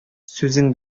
сүзең